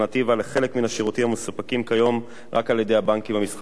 לחלק מן השירותים המסופקים כיום רק על-ידי הבנקים המסחריים.